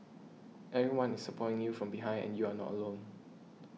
everyone is supporting you from behind and you are not alone